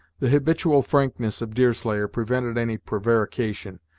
the habitual frankness of deerslayer prevented any prevarication,